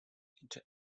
into